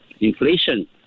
Inflation